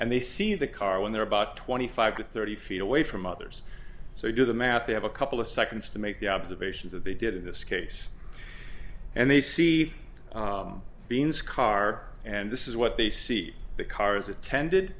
and they see the car when they're about twenty five to thirty feet away from others so you do the math they have a couple of seconds to make the observations that they did in this case and they see bean's car and this is what they see the cars attended